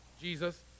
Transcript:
Jesus